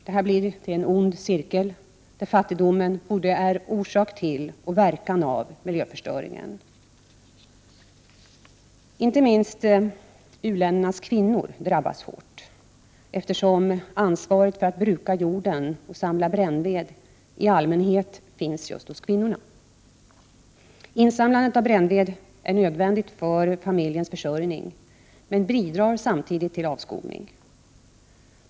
Det blir en ond cirkel där fattigdomen både är orsak till, och verkan av, miljöförstöringen. Inte minst u-ländernas kvinnor drabbas hårt, eftersom ansvaret för att bruka jorden och samla brännved i allmänhet ligger just på kvinnorna. Insamlandet av brännved är nödvändigt för familjens försörjning men bidrar samtidigt till avskogning.